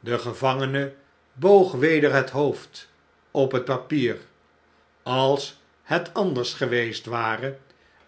de gevangene boog weder het hoofd op het papier als het anders geweest ware